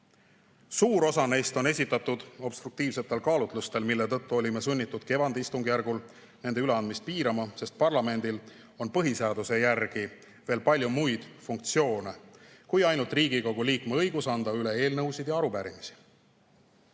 Suur osa neist on esitatud obstruktiivsetel kaalutlustel. Seetõttu olime sunnitud kevadistungijärgul nende üleandmist piirama, sest parlamendil on põhiseaduse järgi veel palju muid funktsioone peale Riigikogu liikme õiguse anda üle eelnõusid ja arupärimisi.